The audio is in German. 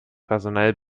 personell